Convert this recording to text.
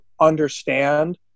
understand